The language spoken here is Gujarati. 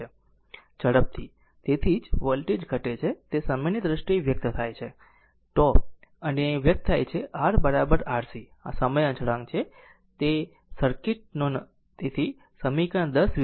ઝડપથી તેની સાથે વોલ્ટેજ ઘટે છે તે સમયની દ્રષ્ટિએ વ્યક્ત થાય છે τ અને વ્યક્ત થાય છે R RC આ સમય અચળાંક છે તે સર્કિટ નો